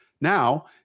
Now